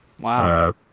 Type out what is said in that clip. Wow